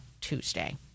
Tuesday